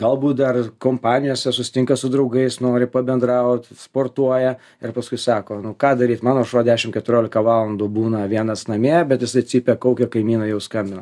galbūt dar ir kompanijose susitinka su draugais nori pabendraut sportuoja ir paskui sako ką daryt mano šuo dešim keturiolika valandų būna vienas namie bet jisai cypia kaukia kaimynai jau skambina